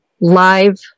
live